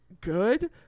good